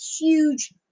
huge